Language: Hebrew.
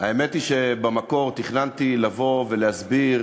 האמת היא שבמקור תכננתי לבוא ולהסביר